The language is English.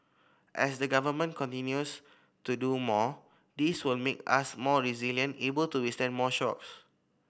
as the Government continues to do more this will make us more resilient able to withstand more shocks